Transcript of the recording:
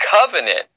covenant